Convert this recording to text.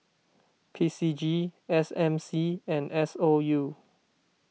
P C G S M C and S O U